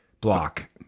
block